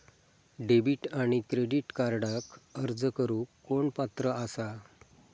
Debit आणि credit कार्डक अर्ज करुक कोण पात्र आसा?